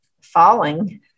Falling